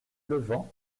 levant